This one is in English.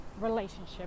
relationship